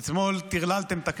אתמול טרללתם את הכנסת,